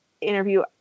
interview